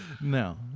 No